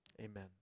amen